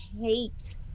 hate